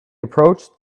approached